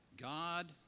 God